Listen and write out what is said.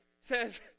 says